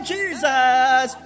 Jesus